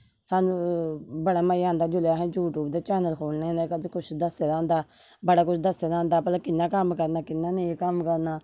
सानू बड़ा मजा आंदा जिसले अस यूट्यूब दा चैनल खोह्लने ते सब कुछ दस्से दा होंदा बड़ा कुछ दस्से दा होंदा भला कियां कम्म करना कियां नेई कम्म करना